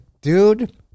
dude